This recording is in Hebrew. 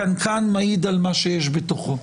הקנקן מעיד על מה שיש בתוכו.